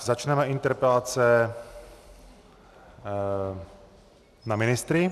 Začneme interpelace na ministry.